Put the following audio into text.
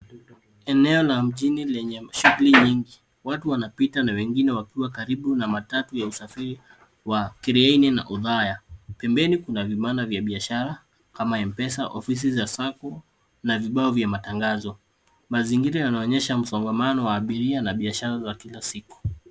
Eneo la mjini lenye shughuli nyingi. Watu wanapita na wengine wakiwa karibu na matatu ya usafiri wa Keriaini na Othaya. Pembeni kuna vibanda vya biashara kama Mpesa, ofisi za sacco, na vibao vya matangazo. Mazingira yanaonyesha msongamano wa abiria na biashara za kila siku.